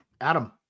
Adam